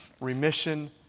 remission